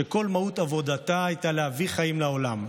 שכל מהות עבודתה הייתה להביא חיים לעולם,